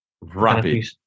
Rapid